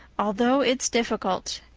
although it's difficult.